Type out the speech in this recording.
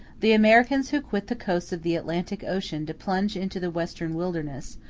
the americans who quit the coasts of the atlantic ocean to plunge into the western wilderness,